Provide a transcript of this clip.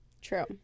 true